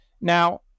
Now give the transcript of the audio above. Now